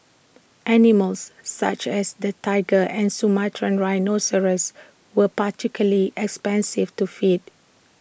animals such as the Tiger and Sumatran rhinoceros were particularly expensive to feed